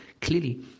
clearly